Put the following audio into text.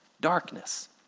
darkness